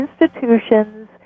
institutions